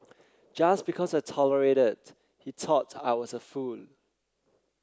just because I tolerated he thought I was a fool